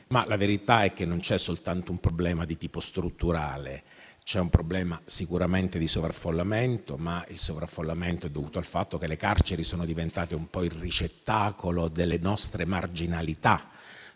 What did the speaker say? però, è che non c'è soltanto un problema di tipo strutturale; ce n'è uno sicuramente di sovraffollamento, ma questo è dovuto al fatto che le carceri sono diventate il ricettacolo delle nostre marginalità.